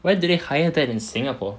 where did they hired that in singapore